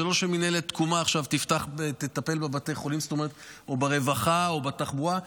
זה לא שמינהלת תקומה עכשיו תטפל בבתי חולים או ברווחה או בתחבורה.